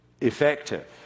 effective